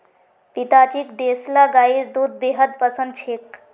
पिताजीक देसला गाइर दूध बेहद पसंद छेक